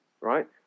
right